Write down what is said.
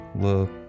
look